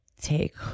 take